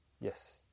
Yes